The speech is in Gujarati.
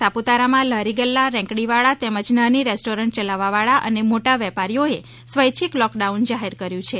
સાપુતારામાં લારી ગલ્લા રેંકડી વાળા તેમજ નાની રેસ્ટોરન્ટ ચલાવવા વાળા અને મોટા વેપારીઓએ સ્વૈચ્છિક લોક ડાઉન જાહેર કર્યું છે